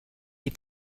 les